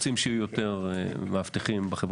אם רוצים שיהיו יותר מאבטחים במערכת החינוך